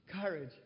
Courage